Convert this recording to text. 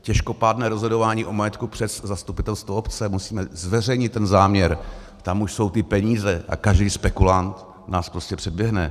Těžkopádné rozhodování o majetku přes zastupitelstvo obce, musíme zveřejnit ten záměr, tam už jsou ty peníze a každý spekulant nás prostě předběhne.